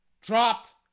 Dropped